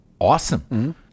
awesome